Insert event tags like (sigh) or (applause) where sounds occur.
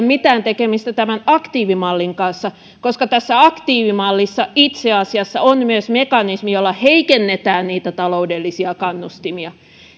(unintelligible) mitään tekemistä tämän aktiivimallin kanssa koska tässä aktiivimallissa itse asiassa on myös mekanismi jolla heikennetään niitä taloudellisia kannustimia